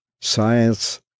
science